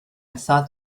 thought